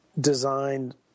designed